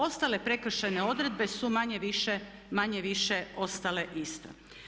Ostale prekršajne odredbe su manje-više ostale iste.